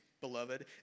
beloved